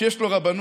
שיש לו רבנות,